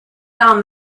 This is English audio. down